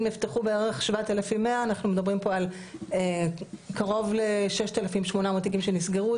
אם נפתחו בערך 7,100 אנחנו מדברים פה על קרוב ל- 6,800 תיקים שנסגרו,